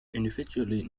individually